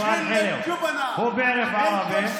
הוא יודע ערבית,